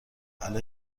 الان